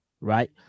right